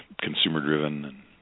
consumer-driven